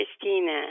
Christina